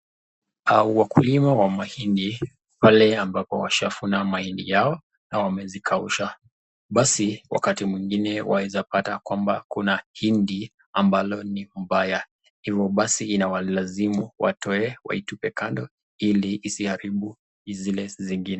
Wakulima wamahindi, pale ambapo washaavuna mahindi yao, na wamezikausha. Basi wakati mwingine waeza pata kwamba kuna hindi ambalo ni mbaya, hivo basi inawalazimu watoe waitupe kando ili isiaribu zile zingine.